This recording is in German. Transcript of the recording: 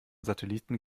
satelliten